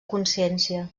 consciència